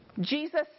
Jesus